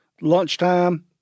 lunchtime